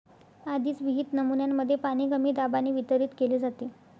आधीच विहित नमुन्यांमध्ये पाणी कमी दाबाने वितरित केले जाते